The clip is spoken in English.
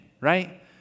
right